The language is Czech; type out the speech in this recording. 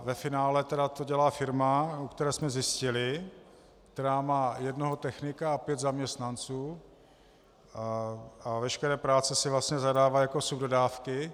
Ve finále to dělala firma, u které jsme zjistili, která má jednoho technika a pět zaměstnanců a veškeré práce si vlastně zadává jako subdodávky.